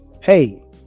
Hey